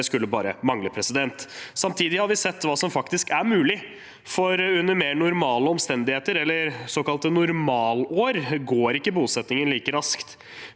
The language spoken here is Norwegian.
det skulle bare mangle. Samtidig har vi sett hva som faktisk er mulig, for under mer normale omstendigheter, eller i såkalte normalår, går ikke bosettingen like raskt.